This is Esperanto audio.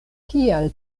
kial